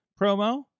promo